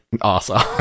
Awesome